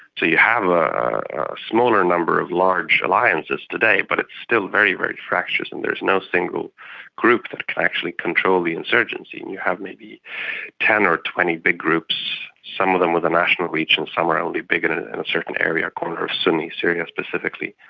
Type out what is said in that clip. so you have a smaller number of large alliances today, but it's still very, very fractious and there's no single group that can actually control the insurgency. and you have maybe ten or twenty big groups, some of them with a national reach, and some are only big in and and and a certain area, a corner of sunni syria specifically.